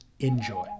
enjoy